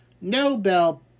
Nobel